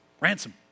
Ransom